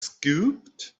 scooped